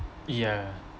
ya